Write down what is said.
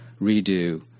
redo